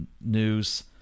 news